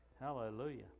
Hallelujah